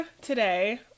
today